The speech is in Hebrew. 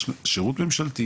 יש שירות ממשלתי